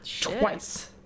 twice